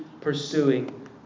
pursuing